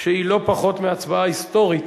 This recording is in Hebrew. שהיא לא פחות מהצבעה היסטורית,